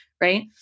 right